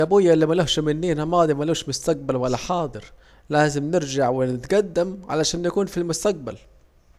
يا بويا الي ملوهش منينا ماضي ملوش مستجل ولا حاضر، لازم نرجع ونتجدم عشان نكون في المستجبل